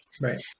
Right